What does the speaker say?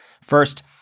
First